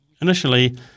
Initially